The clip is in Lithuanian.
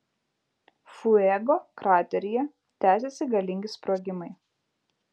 fuego krateryje tęsiasi galingi sprogimai